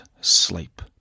sleep